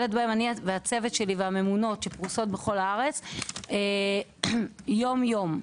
והצוות שלי והממונות שפרוסות בכל הארץ מטפלים בהם יום יום.